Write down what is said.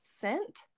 Scent